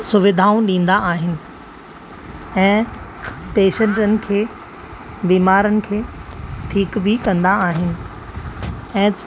सुविधाऊं ॾिंदा आहिनि ऐं पेशंटनि खे बीमारनि खे ठीकु बि कंदा आहे ऐं